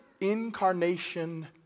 incarnation